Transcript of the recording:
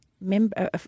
member